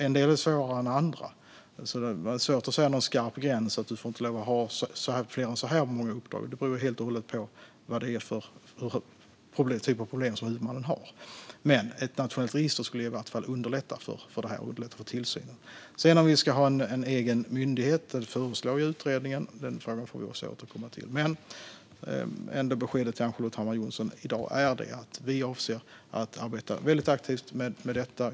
En del är svårare än andra. Det är svårt att dra en skarp gräns och säga att man inte får ha fler än så här många uppdrag. Det beror helt och hållet på vad det är för typ av problem som huvudmannen har. Men ett nationellt register skulle i varje fall underlätta tillsynen. Frågan om vi ska ha en egen myndighet är ett förslag i utredningen. Den frågan får vi också återkomma till. Men beskedet till Ann-Charlotte Hammar Johnsson i dag är att vi avser att arbeta väldigt aktivt med detta.